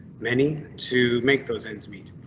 many to make those ends meet.